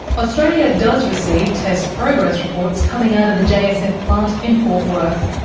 australia does receive test progress reports coming out of the jsf plant in fort worth.